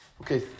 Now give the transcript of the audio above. Okay